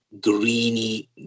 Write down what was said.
greeny